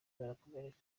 barakomereka